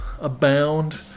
abound